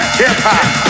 hip-hop